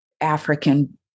African